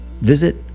visit